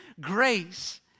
grace